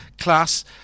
class